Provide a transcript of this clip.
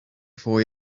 for